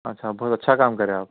اچھا بہت اچھا کام کر رہے آپ